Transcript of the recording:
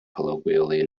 colloquially